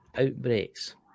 outbreaks